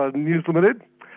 ah news limited,